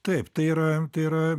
taip tai yra tai yra